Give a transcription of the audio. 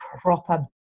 proper